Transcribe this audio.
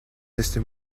desde